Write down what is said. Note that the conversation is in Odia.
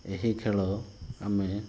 ଏହି ଖେଳ ଆମେ